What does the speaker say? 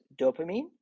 dopamine